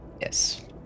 Yes